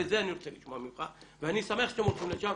וזה אני רוצה לשמוע ממך ואני שמח שאתם הולכים לשם.